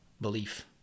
belief